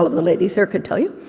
ah the ladies here could tell you.